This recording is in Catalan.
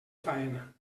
faena